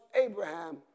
Abraham